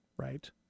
right